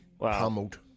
Pummeled